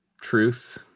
Truth